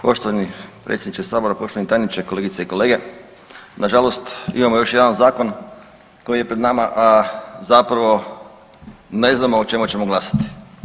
Poštovani predsjedniče sabora, poštovani tajniče, kolegice i kolege nažalost imamo još jedan zakon koji je pred nama, a zapravo ne znamo o čemu ćemo glasati.